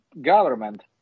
government